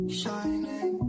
shining